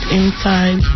inside